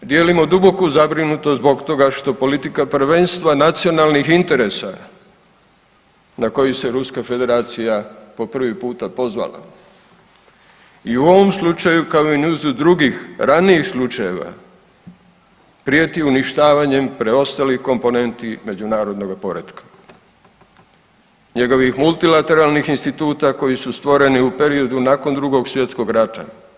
Dijelimo duboku zabrinutost zbog toga što politika prvenstva nacionalnih interesa na koji se Ruska Federacija po prvi puta pozvala i u ovom slučaju kao i u nizu drugih ranijih slučajeva prijeti uništavanjem preostalih komponenti međunarodnoga poretka, njegovih multilateralnih instituta koji su stvoreni u periodu nakon Drugog svjetskog rata.